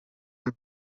amb